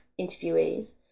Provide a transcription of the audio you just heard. interviewees